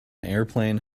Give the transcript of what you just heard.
airplane